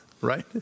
right